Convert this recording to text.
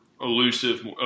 elusive